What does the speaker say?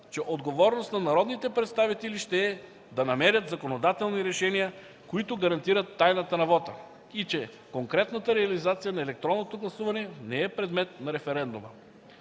че „отговорност на народните представители ще е да намерят законодателни решения, които гарантират тайната на вота” и че „конкретната реализация на електронното гласуване не е предмет на референдума”.